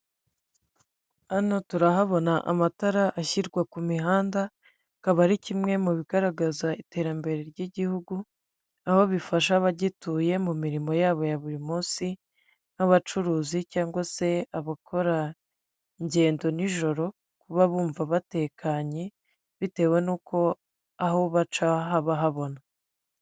Hano turahabona amatara ashyirwa ku mihanda, akaba ari kimwe mu bigaragaza iterambere ry'Igihugu, aho bifasha abagituye mu mirimo yabo ya buri munsi nk'abacuruzi cyangwa se abakora ingendo nijoro, kuba bumva batekanye, bitewe n'uko aho baca haba habona.